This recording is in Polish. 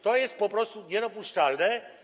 To jest po prostu niedopuszczalne.